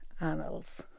annals